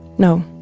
no.